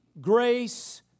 Grace